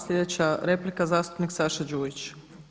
Sljedeća replika zastupnik Saša Đujić.